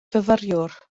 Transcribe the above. fyfyriwr